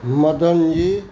Madan ji